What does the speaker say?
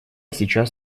сейчас